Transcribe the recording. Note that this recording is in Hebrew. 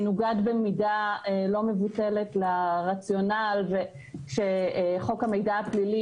מנוגד במידה לא מבוטלת לרציונל שחוק המידע הפלילי